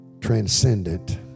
Transcendent